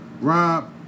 Rob